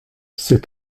ces